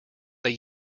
they